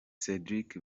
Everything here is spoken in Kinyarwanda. cédric